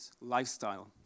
lifestyle